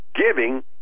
giving